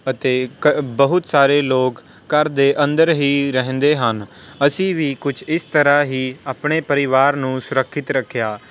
ਅਤੇ ਬਹੁਤ ਸਾਰੇ ਲੋਕ ਘਰ ਦੇ ਅੰਦਰ ਹੀ ਰਹਿੰਦੇ ਹਨ ਅਸੀਂ ਵੀ ਕੁਛ ਇਸ ਤਰ੍ਹਾਂ ਹੀ ਆਪਣੇ ਪਰਿਵਾਰ ਨੂੰ ਸੁਰੱਖਿਅਤ ਰੱਖਿਆ